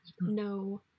No